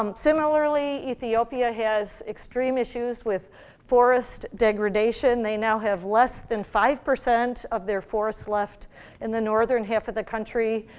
um similarly, ethiopia has extreme issues with forest degradation. they now have less than five percent of their forests left in the northern half of the country.